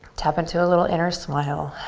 tap into a little inner smile.